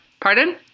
pardon